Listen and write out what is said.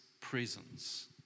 presence